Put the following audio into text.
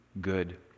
good